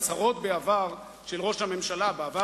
הצהרות של ראש הממשלה בעבר,